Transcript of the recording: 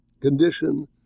condition